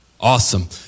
Awesome